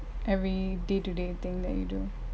every day to day thing that you do